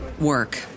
work